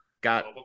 got